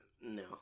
no